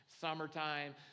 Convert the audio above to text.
summertime